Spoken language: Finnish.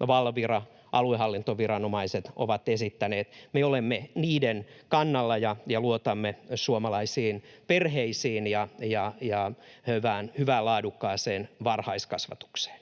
Valvira ja aluehallintoviranomaiset ovat esittäneet. Me olemme niiden kannalla ja luotamme suomalaisiin perheisiin ja hyvään, laadukkaaseen varhaiskasvatukseen.